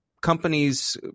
companies –